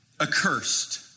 accursed